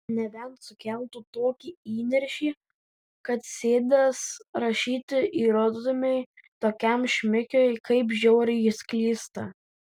nebent sukeltų tokį įniršį kad sėdęs rašyti įrodytumei tokiam šmikiui kaip žiauriai jis klysta